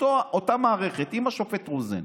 אותה מערכת עם השופט רוזן,